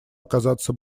оказаться